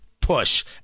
push